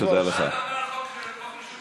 מה אתה אומר על חוק השידור הציבורי?